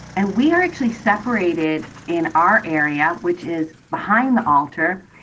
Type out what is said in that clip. and we are actually separated in our area, which is behind the altar.